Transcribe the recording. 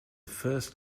first